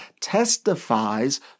testifies